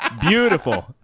Beautiful